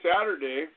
Saturday